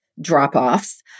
drop-offs